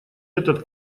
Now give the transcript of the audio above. этот